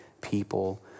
people